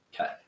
Okay